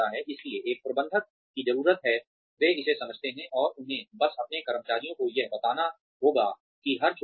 इसलिए एक प्रबंधक की जरूरत है वे इसे समझते हैं और उन्हें बस अपने कर्मचारियों को यह बताना होगा कि हर छोटा सा